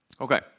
Okay